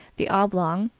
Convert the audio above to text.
the oblong,